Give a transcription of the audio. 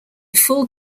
full